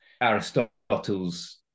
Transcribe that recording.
Aristotle's